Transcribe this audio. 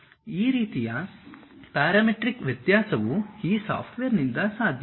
ಈ ರೀತಿಯ ಪ್ಯಾರಾಮೀಟ್ರಿಕ್ ವ್ಯತ್ಯಾಸವು ಈ ಸಾಫ್ಟ್ವೇರ್ನಿಂದ ಸಾಧ್ಯ